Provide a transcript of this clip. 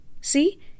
See